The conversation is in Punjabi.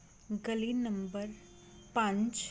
ਗਲੀ ਨੰਬਰ ਪੰਜ